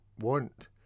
want